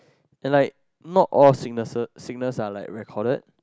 and like not all sicknesses sickness are like recorded